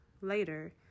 later